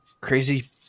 crazy